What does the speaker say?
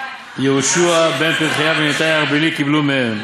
"יהושע בן פרחיה וניתאי הארבלי קיבלו מהם.